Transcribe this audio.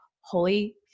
holy